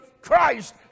Christ